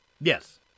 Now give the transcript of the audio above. yes